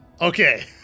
Okay